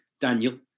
Daniel